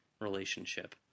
relationship